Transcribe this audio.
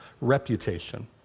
reputation